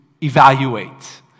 evaluate